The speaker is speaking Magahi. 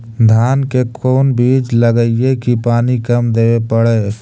धान के कोन बिज लगईऐ कि पानी कम देवे पड़े?